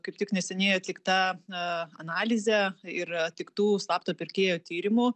kaip tik neseniai atlikta analize ir atliktu slapto pirkėjo tyrimu